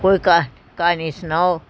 ਕੋਈ ਕਾਹ ਕਹਾਣੀ ਸੁਣਾਓ